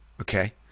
Okay